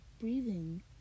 breathing